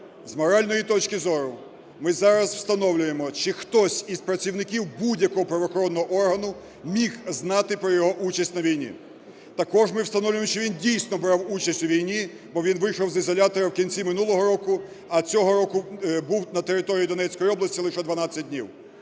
з моральної точки зору ми зараз встановлюємо, чи хтось із працівників будь-якого правоохоронного органу міг знати про його участь на війні. Також ми встановлюємо чи він, дійсно, брав участь у війні, бо він вийшов з ізолятора в кінці минулого року, а цього року був на території Донецької області лише 12 днів.